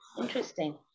Interesting